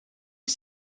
ich